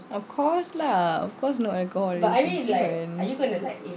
of course lah of course no alcohol seriously man